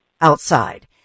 outside